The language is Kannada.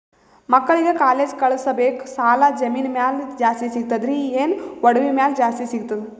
ಮಕ್ಕಳಿಗ ಕಾಲೇಜ್ ಕಳಸಬೇಕು, ಸಾಲ ಜಮೀನ ಮ್ಯಾಲ ಜಾಸ್ತಿ ಸಿಗ್ತದ್ರಿ, ಏನ ಒಡವಿ ಮ್ಯಾಲ ಜಾಸ್ತಿ ಸಿಗತದ?